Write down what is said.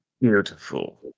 Beautiful